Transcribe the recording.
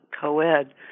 co-ed